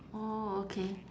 orh okay